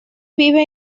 vive